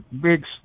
big